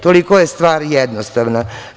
Toliko je stvar jednostavna.